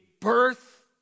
birth